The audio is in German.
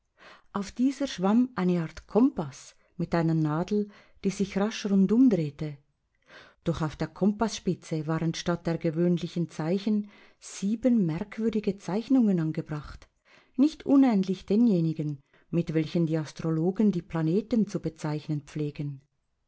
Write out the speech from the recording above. auf dieser schwamm eine art kompaß mit einer nadel die sich rasch rundum drehte doch auf der kompaßspitze waren statt der gewöhnlichen zeichen sieben merkwürdige zeichnungen angebracht nicht unähnlich denjenigen mit welchen die astrologen die planeten zu bezeichnen pflegen